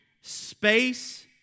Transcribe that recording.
space